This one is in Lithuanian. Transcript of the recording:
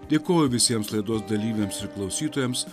dėkoju visiems laidos dalyviams ir klausytojams